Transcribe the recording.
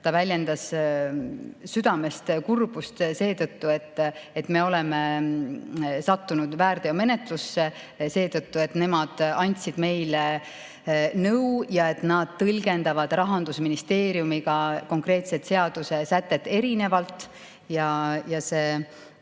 ta väljendas südamest kurbust seetõttu, et me oleme sattunud väärteomenetlusse seetõttu, et nemad andsid meile nõu ja et nad on tõlgendanud Rahandusministeeriumiga konkreetset seadusesätet erinevalt.